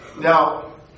Now